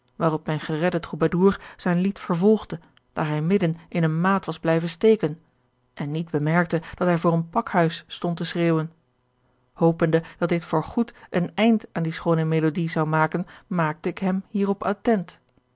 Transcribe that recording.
waarop mijn geredde troubadour zijn lied vervolgde daar hij midden in eene maat was blijven steken en niet bemerkte dat hij voor een pakhuis stond te schreeuwen hopende dat dit voor goed een eind aan die schoone melodie zou maken maakte ik hem hierop attent